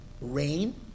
rain